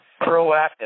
proactive